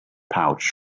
pouch